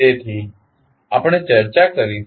તેથી આપણે ચર્ચા કરીશું